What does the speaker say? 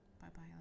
bye-bye